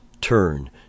turn